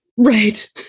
Right